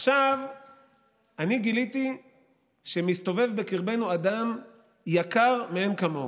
עכשיו אני גיליתי שמסתובב בקרבנו אדם יקר מאין כמוהו,